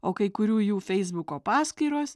o kai kurių jų feisbuko paskyros